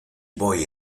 boy